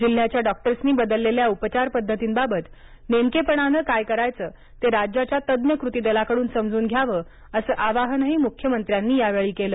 जिल्ह्यांच्या डॉक्टर्सनी बदललेल्या उपचार पद्धतींबाबत नेमकेपणानं काय करायचं ते राज्याच्या तज्ञ कृतीदलाकडून समजून घ्यावं असं आवाहनही मुख्यमंत्र्यांनी यावेळी केलं